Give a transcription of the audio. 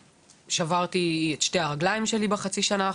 שברתי את שתי הרגליים שלי בחצי שנה האחרונה,